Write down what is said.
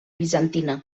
bizantina